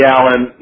Allen